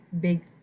big